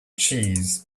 cheese